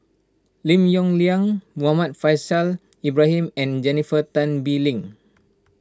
Lim Yong Liang Muhammad Faishal Ibrahim and Jennifer Tan Bee Leng